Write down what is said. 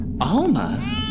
Alma